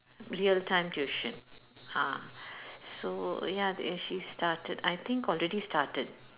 real time tuition ah so ya and she started I think already started